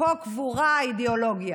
"פה קבורה האידיאולוגיה",